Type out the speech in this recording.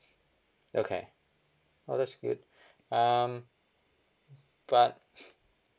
okay oh that's good um but